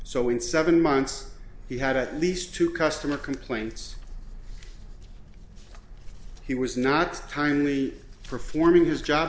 so in seven months he had at least two customer complaints he was not timely performing his job